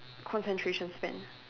concentration span